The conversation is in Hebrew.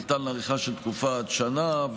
ניתן להאריכו לתקופה של עד שנה,